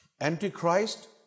Antichrist